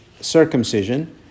circumcision